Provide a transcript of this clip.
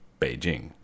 Beijing